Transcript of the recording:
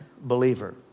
believer